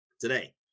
today